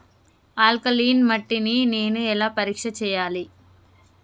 Alkaline మట్టి ని నేను ఎలా పరీక్ష చేయాలి?